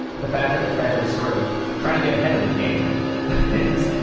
the fact that the fed is sort of trying to get ahead of the game is,